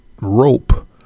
rope